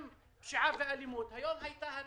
גם פשיעה ואלימות; היום הייתה הריסה.